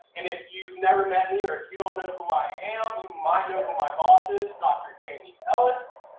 and if you've never met me or if you don't know who i am you might know who my boss is. dr. jamie ellis.